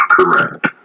correct